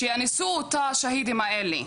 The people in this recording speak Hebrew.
"שיאנסו אותה השאהידים האלה".